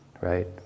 right